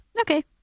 Okay